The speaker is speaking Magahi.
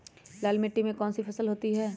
लाल मिट्टी में कौन सी फसल होती हैं?